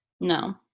no